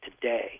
today